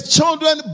Children